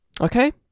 Okay